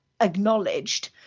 acknowledged